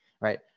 right